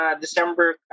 December